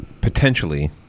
potentially